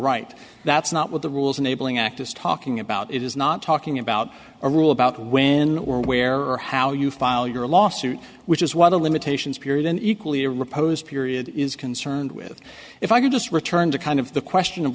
right that's not what the rules enabling act is talking about it is not talking about a rule about when or where or how you file your lawsuit which is why the limitations period an equally repose period is concerned with if i could just return to kind of the question of